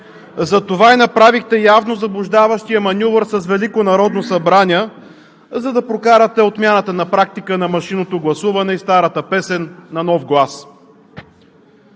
Затова направихте явно заблуждаващия маньовър с Велико народно събрание, за да прокарате отмяната на практика на машинното гласуване – „старата песен на нов глас“.